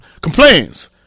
complains